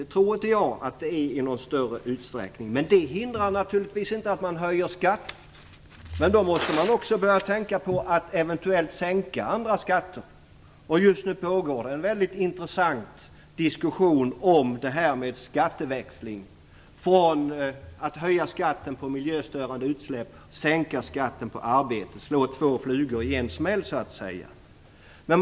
Jag tror inte att det är det i någon större utsträckning. Det hindrar naturligtvis inte att man höjer skatter, men man måste då börja tänka på att eventuellt sänka andra skatter. Det pågår just nu en mycket intressant diskussion om skatteväxling, dvs. att höja skatten på miljöstörande utsläpp och sänka skatten på arbete, varigenom man så att säga skulle slå två flugor i en smäll.